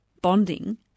bonding